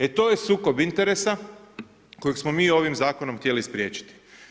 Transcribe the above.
E to je sukob interesa kojeg smo mi ovim zakonom htjeli spriječiti.